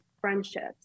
friendships